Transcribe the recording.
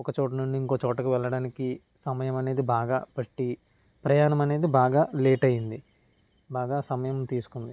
ఒక చోట నుండి ఇంకో చోటకి వెళ్ళడానికి సమయం అనేది బాగా పట్టి ప్రయాణం అనేది బాగా లేట్ అయ్యింది బాగా సమయం తీసుకుంది